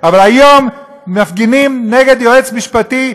אבל היום מפגינים נגד יועץ משפטי,